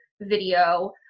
video